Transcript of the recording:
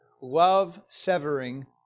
Love-severing